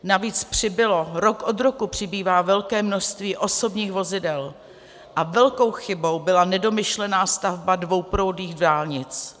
Navíc přibylo, rok od roku přibývá velké množství osobních vozidel a velkou chybou byla nedomyšlená stavba dvouproudových dálnic.